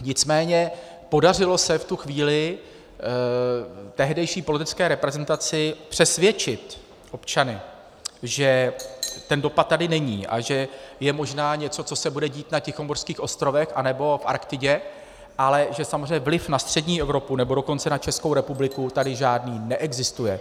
Nicméně podařilo se v tu chvíli tehdejší politické reprezentaci přesvědčit občany, že ten dopad tady není a že je možná něco, co se bude dít na Tichomořských ostrovech anebo v Arktidě, ale že samozřejmě vliv na střední Evropu, nebo dokonce na Českou republiku tady žádný neexistuje.